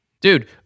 dude